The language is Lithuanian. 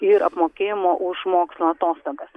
ir apmokėjimo už mokslo atostogas